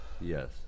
Yes